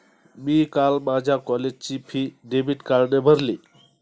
मी काल माझ्या कॉलेजची फी डेबिट कार्डने भरली